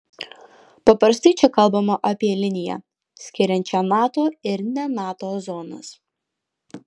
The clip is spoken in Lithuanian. paprastai čia kalbama apie liniją skiriančią nato ir ne nato zonas